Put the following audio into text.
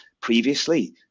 previously